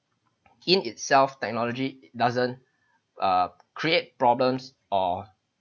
in itself technology doesn't uh create problems or